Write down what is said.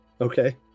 Okay